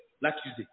l'accusé